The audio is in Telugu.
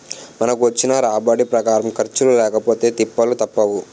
మనకొచ్చిన రాబడి ప్రకారం ఖర్చులు లేకపొతే తిప్పలు తప్పవు